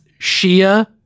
Shia